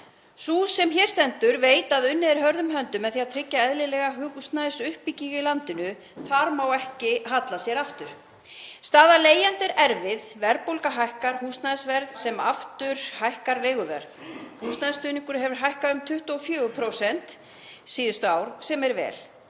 Sú sem hér stendur veit að unnið er hörðum höndum að því að tryggja eðlilega húsnæðisuppbyggingu í landinu. Þar má ekki halla sér aftur. Staða leigjenda er erfið. Verðbólga hækkar húsnæðisverð sem aftur hækkar leiguverð. Húsnæðisstuðningur hefur hækkað um 24% síðustu ár, sem er vel,